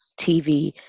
TV